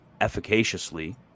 efficaciously